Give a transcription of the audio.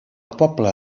poble